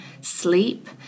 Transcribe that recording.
sleep